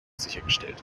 sichergestellt